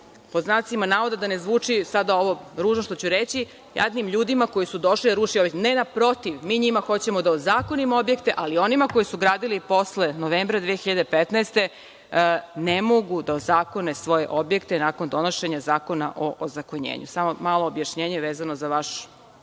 pod znacima navoda, da ne zvuči sada ovo ružno što ću reći, „jadnim ljudima koji su došli da ruši objekte“. Ne, naprotiv, mi njima hoćemo da ozakonimo objekte, ali oni koji su gradili posle novembra 2015. godine ne mogu da ozakone svoje objekte nakon donošenja Zakona o ozakonjenju. Samo malo objašnjenje, vezano za vašu rečenicu